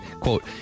Quote